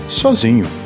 sozinho